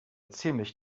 ziemlich